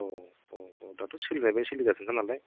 अ दाथ' सोलिनाया बेनो सोलिगासिनोखा नालाय